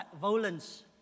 violence